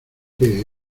qué